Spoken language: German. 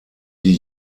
die